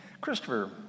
Christopher